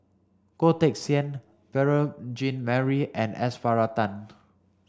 Goh Teck Sian Beurel Jean Marie and S Varathan